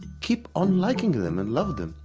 keep on liking them! and love them,